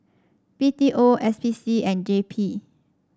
B T O S P C and J P